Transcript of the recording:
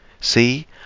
See